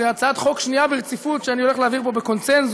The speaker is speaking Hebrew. זוהי הצעת חוק שנייה ברציפות שאני הולך להעביר פה בקונסנזוס,